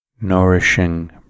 nourishing